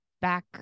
back